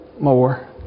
more